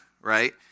right